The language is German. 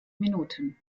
minuten